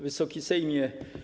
Wysoki Sejmie!